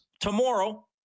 tomorrow